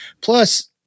Plus